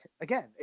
again